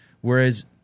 whereas